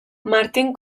martin